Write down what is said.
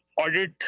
audit